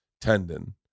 tendon